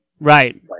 Right